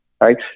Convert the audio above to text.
Right